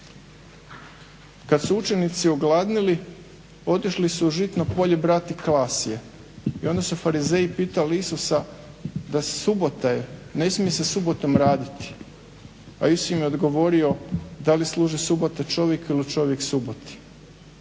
Kad su učenici ogladnjeli otišli su u žitno polje brati klasje i onda su farizeji pitali Isusa – subota je, ne smije se subotom raditi. A Isus im je odgovorio da li služi subota čovjeku ili čovjek suboti?